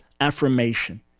affirmation